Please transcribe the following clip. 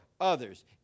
others